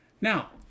Now